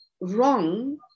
wrong